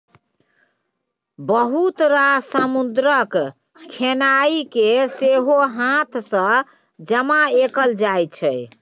बहुत रास समुद्रक खेनाइ केँ सेहो हाथ सँ जमा कएल जाइ छै